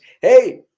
Hey